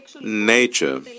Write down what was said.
nature